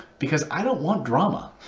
because i don't want drama.